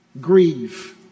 grieve